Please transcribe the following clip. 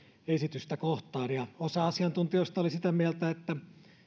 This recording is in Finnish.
esitystä kohtaan ja osa asiantuntijoista oli sitä mieltä että